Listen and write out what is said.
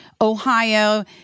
Ohio